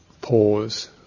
pause